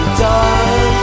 done